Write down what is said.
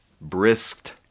Brisked